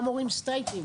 גם הורים סטרייטים